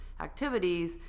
activities